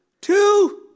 two